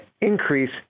increase